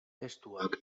testuak